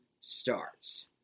starts